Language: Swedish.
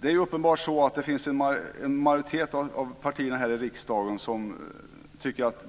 Det är uppenbart så att det finns en majoritet av partierna här i riksdagen som tycker att